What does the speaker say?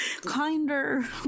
kinder